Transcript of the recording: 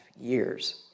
years